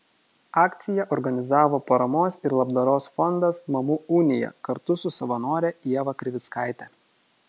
akciją organizavo paramos ir labdaros fondas mamų unija kartu su savanore ieva krivickaite